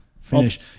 Finish